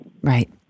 right